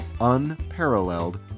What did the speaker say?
unparalleled